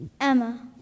Emma